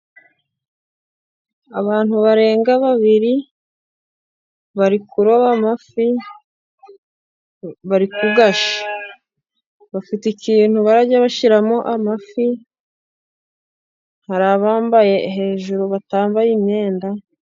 Abantu barenga babiri bari kuroba amafi, bari kugashya bafite ikintu barajya bashyiramo amafi, hari abambaye hejuru batambaye imyenda.